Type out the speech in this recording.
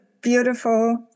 beautiful